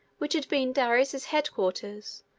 which had been darius's head-quarters,